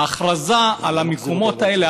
ההכרזה על המקומות האלה,